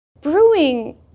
Brewing